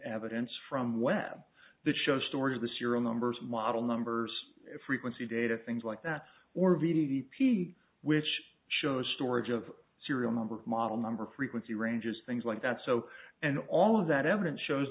evidence from web that show story of the serial numbers model numbers frequency data things like that or v t v p which shows storage of serial number model number frequency ranges things like that so and all of that evidence shows